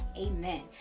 Amen